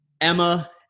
Emma